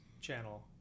channel